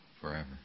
forever